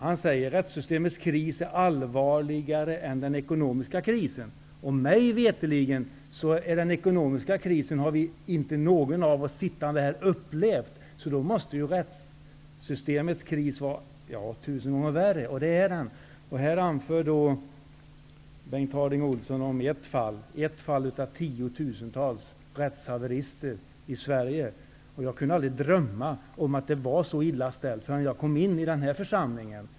Han anser att rättssystemets kris är allvarligare än den ekonomiska krisen. Mig veterligen har inte någon här sittande person upplevt någon svårare ekonomisk kris än den nuvarande. Då måste ju rättssystemets kris vara tusen gånger värre. Det är den också. Bengt Harding Olson tar såsom exempel en av tusentals rättshaverister i Sverige. Jag kunde aldrig drömma om att det var så illa ställt, förrän jag kom in i denna församling.